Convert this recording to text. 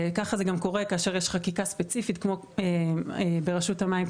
כך זה גם קורה כאשר יש חקיקה ספציפית כמו ברשות המים,